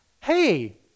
Hey